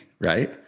right